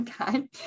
Okay